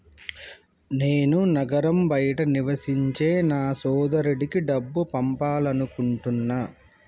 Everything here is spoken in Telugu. నేను నగరం బయట నివసించే నా సోదరుడికి డబ్బు పంపాలనుకుంటున్నా